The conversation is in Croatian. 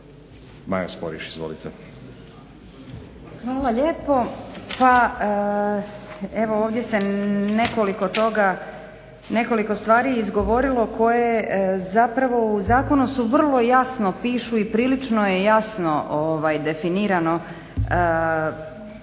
**Sporiš, Maja** Hvala lijepo. Pa evo ovdje se nekoliko stvari izgovorilo koje zapravo u zakonu vrlo jasno pišu i prilično je jasno definirano